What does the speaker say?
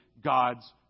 God's